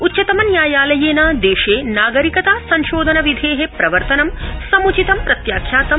उच्चतम न्यायालयेन देशे नागरिकता संशोधन विधे प्रवर्तनं सम्चितं प्रत्याख्यातम्